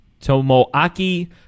Tomoaki